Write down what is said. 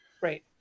Right